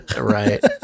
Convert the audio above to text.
Right